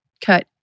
cut